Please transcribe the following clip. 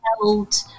held